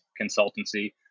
consultancy